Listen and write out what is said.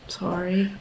sorry